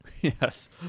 yes